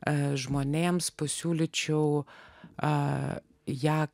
aš žmonėms pasiūlyčiau a ją